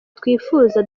twifuza